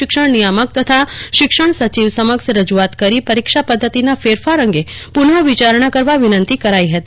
શિક્ષણ નિયામક તથા શિક્ષણ સચિવ સમક્ષ રજૂઆત કરી પરીક્ષા પદ્ધતિના ફેરફાર અંગે પુન વિચારણા કરવા વિનંતી કરાઈ હતી